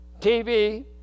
TV